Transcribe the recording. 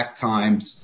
times